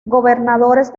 gobernadores